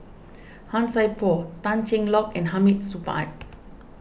Han Sai Por Tan Cheng Lock and Hamid Supaat